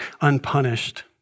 unpunished